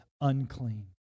unclean